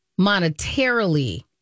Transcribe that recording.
monetarily